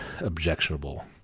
objectionable